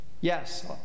Yes